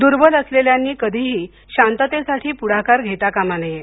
दुर्बल असलेल्यांनी कधीही शांततेसाठी पुढाकार घेता कामा नये